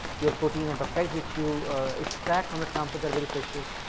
your protein and peptide which you extract on the samples are very precious.